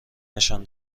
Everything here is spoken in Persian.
نشان